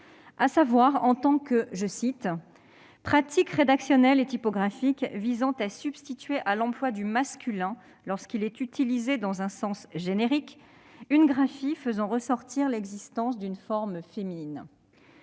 à savoir en tant que « pratiques rédactionnelles et typographiques visant à substituer à l'emploi du masculin, lorsqu'il est utilisé dans un sens générique, une graphie faisant ressortir l'existence d'une forme féminine ».